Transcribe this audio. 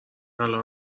الان